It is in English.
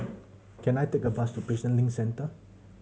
can I take a bus to Prison Link Centre